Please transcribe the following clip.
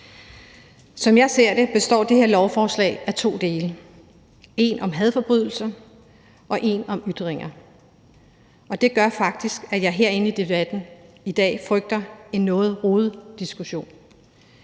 Som jeg ser det, består det her lovforslag af to dele. Der er en om hadforbrydelser, og der er en om ytringer. Det gør faktisk, at jeg herinde i debatten i dag frygter en noget rodet diskussion.